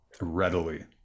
readily